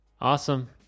awesome